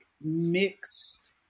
mixed